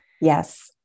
Yes